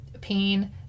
pain